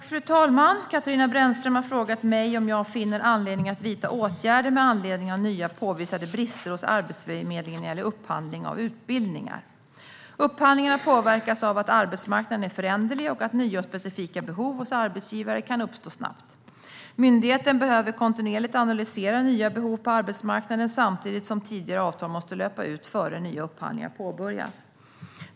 Fru talman! Katarina Brännström har frågat mig om jag finner anledning att vidta åtgärder med anledning av nya påvisade brister hos Arbetsförmedlingen när det gäller upphandling av utbildningar. Upphandlingarna påverkas av att arbetsmarknaden är föränderlig och att nya och specifika behov hos arbetsgivare kan uppstå snabbt. Myndigheten behöver kontinuerligt analysera nya behov på arbetsmarknaden samtidigt som tidigare avtal måste löpa ut innan nya upphandlingar påbörjas.